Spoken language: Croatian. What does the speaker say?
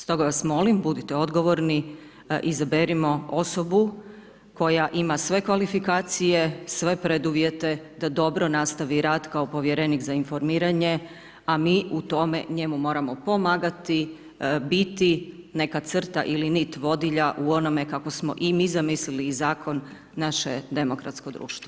Stoga, vas molim budite odgovorni, izaberimo osobu koja ima sve kvalifikacije, sve preduvjete da dobro nastavi rad kao Povjerenik za informiranje, a mi u tome njemu moramo pomagati, biti neka crta ili nit vodilja u onome kako smo i mi zamislili i Zakon naše demokratsko društvo.